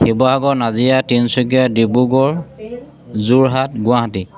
Sivasagar Nazira Tinsukia Dibrugarh Jorhat Guwahati